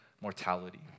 mortality